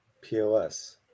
pos